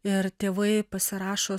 ir tėvai pasirašo